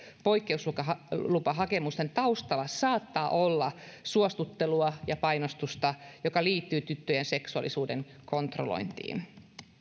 poikkeuslupahakemusten taustalla saattaa olla suostuttelua ja painostusta joka liittyy tyttöjen seksuaalisuuden kontrollointiin